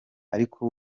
ariko